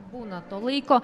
būna to laiko